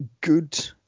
good